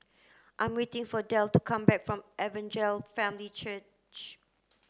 I'm waiting for Delle to come back from Evangel Family Church